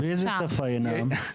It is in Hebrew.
באיזו שפה ינאם?